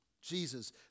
Jesus